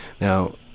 Now